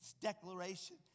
declaration